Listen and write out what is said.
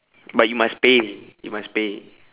but you must pay you must pay